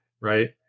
Right